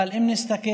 אבל אם נסתכל,